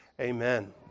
Amen